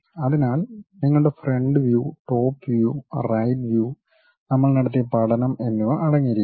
അതിനാൽ നിങ്ങളുടെ front view top view right view നമ്മൾ നടത്തിയ പഠനം എന്നിവ അടങ്ങിയിരിക്കുന്നു